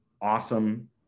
awesome